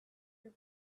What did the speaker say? your